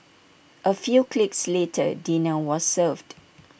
A few clicks later dinner was served